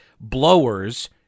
blowers